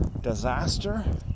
disaster